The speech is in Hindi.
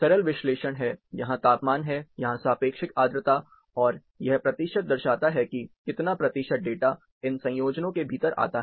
सरल विश्लेषण है यहाँ तापमान है यहाँ सापेक्षिक आर्द्रता और यह प्रतिशत दर्शाता है कि कितना प्रतिशत डेटा इन संयोजनों के भीतर आता है